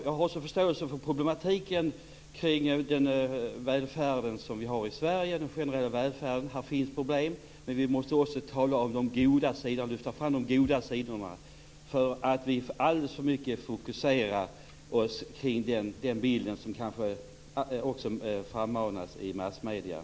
Jag har stor förståelse för problematiken kring den generella välfärden i Sverige. Men vi måste också lyfta fram de goda sidorna. Vi fokuserar alldeles för mycket på den bild som frammanas i massmedierna.